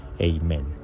Amen